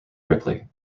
ripley